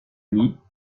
lits